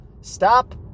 Stop